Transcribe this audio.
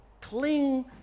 Cling